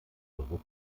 euro